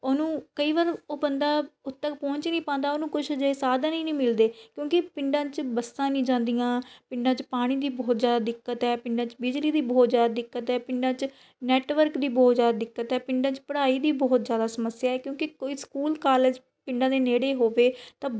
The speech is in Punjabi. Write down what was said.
ਉਹਨੂੰ ਕਈ ਵਾਰ ਉਹ ਬੰਦਾ ਉੱਥੇ ਤੱਕ ਪਹੁੰਚ ਨਹੀਂ ਪਾਉਂਦਾ ਉਹਨੂੰ ਕੁਝ ਜੇ ਸਾਧਨ ਹੀ ਨਹੀਂ ਮਿਲਦੇ ਕਿਉਂਕਿ ਪਿੰਡਾਂ 'ਚ ਬੱਸਾਂ ਨਹੀਂ ਜਾਂਦੀਆਂ ਪਿੰਡਾਂ 'ਚ ਪਾਣੀ ਦੀ ਬਹੁਤ ਜ਼ਿਆਦਾ ਦਿੱਕਤ ਹੈ ਪਿੰਡਾਂ 'ਚ ਬਿਜਲੀ ਦੀ ਬਹੁਤ ਜ਼ਿਆਦਾ ਦਿੱਕਤ ਹੈ ਪਿੰਡਾਂ 'ਚ ਨੈਟਵਰਕ ਦੀ ਬਹੁਤ ਜ਼ਿਆਦਾ ਦਿੱਕਤ ਹੈ ਪਿੰਡਾਂ 'ਚ ਪੜ੍ਹਾਈ ਦੀ ਬਹੁਤ ਜ਼ਿਆਦਾ ਸਮੱਸਿਆ ਏ ਕਿਉਂਕਿ ਕੋਈ ਸਕੂਲ ਕਾਲਜ ਪਿੰਡਾਂ ਦੇ ਨੇੜੇ ਹੋਵੇ ਤਾਂ